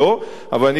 אבל אני כן חושב,